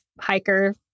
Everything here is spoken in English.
hiker